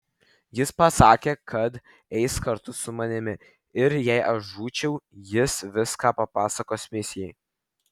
jis pasisakė kad eis kartu su manimi ir jei aš žūčiau jis viską papasakos misijai